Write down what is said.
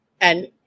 And-